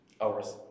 Hours